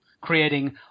creating